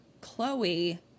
Chloe